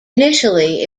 initially